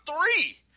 three